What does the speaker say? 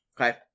Okay